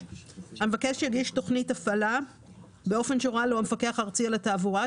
המבקש יגיש תכנית הפעלה באופן שהורה לו המפקח הארצי על התעבורה,